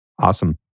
Awesome